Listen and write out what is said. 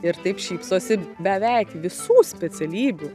ir taip šypsosi beveik visų specialybių